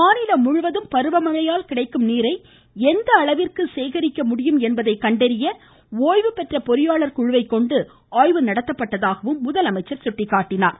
மாநிலம் முழுவதும் பருவமழையால் கிடைக்கும் நீரை எந்த அளவிற்கு சேகரிக்க முடியும் என்பதை கண்டறிய ஓய்வுபெற்ற பொறியாளர் குழுவைக் கொண்டு ஆய்வு நடத்தபட்டதாகவும் அவர் சுட்டிக்காட்டினார்